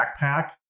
backpack